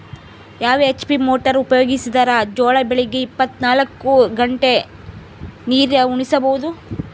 ಯಾವ HP motor ಉಪಯೋಗಿಸಿದರ ಜೋಳ ಬೆಳಿಗ ಇಪ್ಪತ ನಾಲ್ಕು ಗಂಟೆ ನೀರಿ ಉಣಿಸ ಬಹುದು?